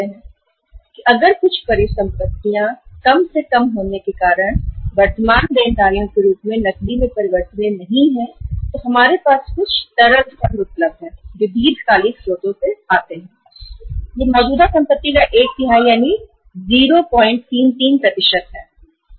इसलिए रखते हैं कि यदि कुछ संपत्तियां नकद में परिवर्तित ना हो पाए और कुछ वर्तमान देयता भुगतान के लिए बची हो तो कम से कम हमारे पास कुछ तरल फंड उपलब्ध हो जो दीर्घकालिक स्रोतों से आते हैं और यह करंट संपत्ति का एक तिहाई यानी 033 है